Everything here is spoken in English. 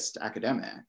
academic